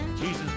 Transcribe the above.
Jesus